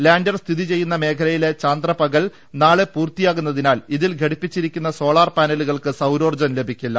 lander സ്ഥിതിചെയ്യുന്ന മേഖലയിലെ ചാന്ദ്രപകൽ നാളെ പൂർത്തി യാകുന്നതിനാൽ ഇതിൽ ഘടിപ്പിച്ചിരിക്കുന്ന സോളാർ പാനലുകൾക്ക് സൌരോർജ്ജം ലഭിക്കില്ല